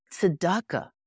tzedakah